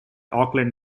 auckland